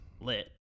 lit